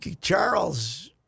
Charles